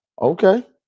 okay